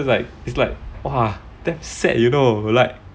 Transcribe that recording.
so it's like damn sad you know